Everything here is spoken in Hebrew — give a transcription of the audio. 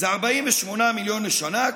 זה 48 מיליון שקלים לשנה,